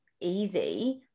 easy